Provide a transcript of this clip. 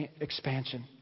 expansion